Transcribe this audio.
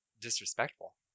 disrespectful